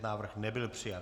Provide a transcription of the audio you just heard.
Návrh nebyl přijat.